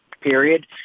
period